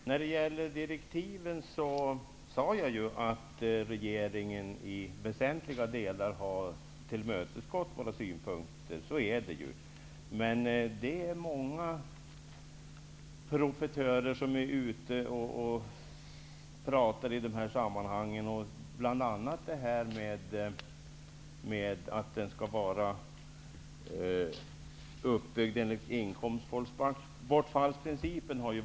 Herr talman! När det gäller direktiven sade jag ju att regeringen i väsentliga delar har tillmötesgått våra synpunkter. Men det finns många profitörer i dessa sammanhang som bl.a. har velat diskutera det förhållandet att systemet skall vara uppbyggt på inkomstbortfallsprincipen.